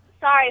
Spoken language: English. sorry